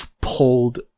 pulled